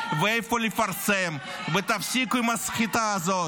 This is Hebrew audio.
תדבר לעניין, ואל תגיד "עבריינים".